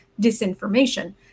disinformation